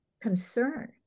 concern